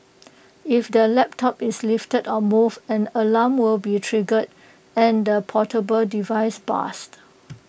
if the laptop is lifted or moved an alarm will be triggered and the portable device buzzed